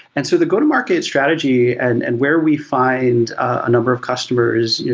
and so the go-to-market strategy and and where we find a number of customers,